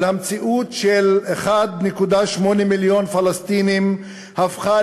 אבל המציאות של 1.8 מיליון פלסטינים הפכה